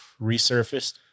resurfaced